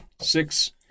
Six